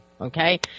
okay